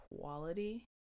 quality